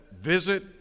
visit